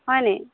হয়নি